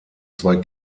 zwei